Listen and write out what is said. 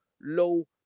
low